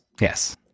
Yes